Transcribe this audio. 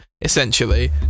essentially